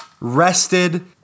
rested